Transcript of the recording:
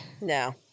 No